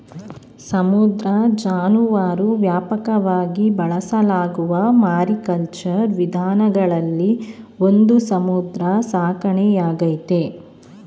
ಸಮುದ್ರ ಜಾನುವಾರು ವ್ಯಾಪಕವಾಗಿ ಬಳಸಲಾಗುವ ಮಾರಿಕಲ್ಚರ್ ವಿಧಾನಗಳಲ್ಲಿ ಒಂದು ಸಮುದ್ರ ಸಾಕಣೆಯಾಗೈತೆ